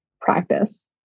practice